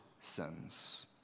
sins